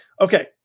Okay